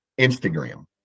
Instagram